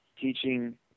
teaching